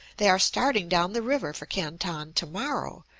they are starting down the river for canton to-morrow,